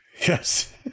Yes